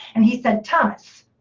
and he said, thomas.